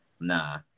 nah